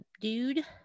dude